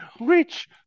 rich